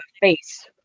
face